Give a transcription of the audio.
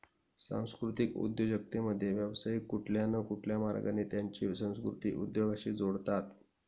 सांस्कृतिक उद्योजकतेमध्ये, व्यावसायिक कुठल्या न कुठल्या मार्गाने त्यांची संस्कृती उद्योगाशी जोडतात